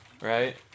Right